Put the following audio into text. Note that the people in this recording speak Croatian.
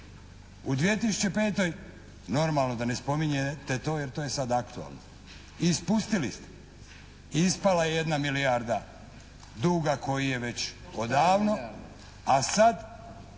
U 2005. normalno da ne spominjete to jer to je sad aktualno, ispustili ste i ispala je jedna milijarda duga koji je već odavno, a sad